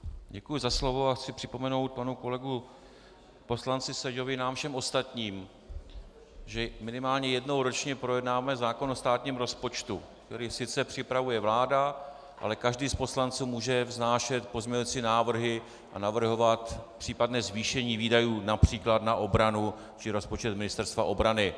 Děkuji za slovo a chci připomenout panu kolegovi poslanci Seďovi a nám všem ostatním, že minimálně jednou ročně projednáme zákon o státním rozpočtu, který sice připravuje vláda, ale každý z poslanců může vznášet pozměňující návrhy a navrhovat případné zvýšení výdajů, například na obranu či rozpočet Ministerstva obrany.